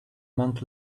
monk